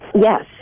Yes